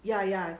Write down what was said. ya ya